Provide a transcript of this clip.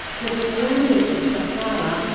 the determinants of supply are